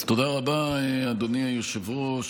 תודה רבה, אדוני היושב-ראש.